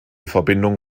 verbindung